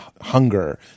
hunger